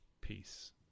Peace